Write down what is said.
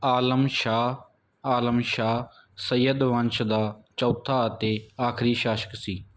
ਆਲਮ ਸ਼ਾਹ ਆਲਮ ਸ਼ਾਹ ਸੱਯਦ ਵੰਸ਼ ਦਾ ਚੌਥਾ ਅਤੇ ਆਖਰੀ ਸ਼ਾਸਕ ਸੀ